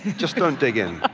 just don't dig in.